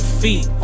feet